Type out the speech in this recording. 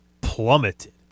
plummeted